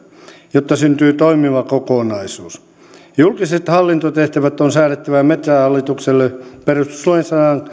jotta syntyy toimiva kokonaisuus julkiset hallintotehtävät on säädettävä metsähallitukselle perustuslain